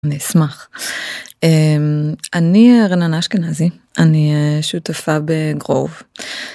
אני אשמח אני רננה אשכנזי אני שותפה ב- grove